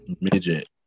midget